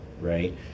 right